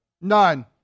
None